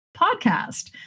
podcast